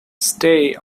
stay